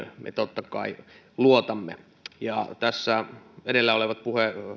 me totta kai luotamme tässä edellä olevat puhujat